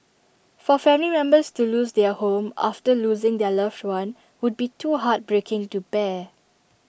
for family members to lose their home after losing their loved one would be too heartbreaking to bear